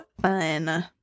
fun